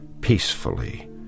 peacefully